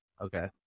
Okay